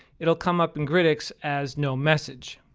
it will come up in grytics as no message.